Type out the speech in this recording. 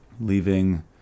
leaving